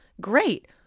great